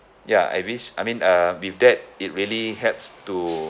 ya at least I mean uh with that it really helps to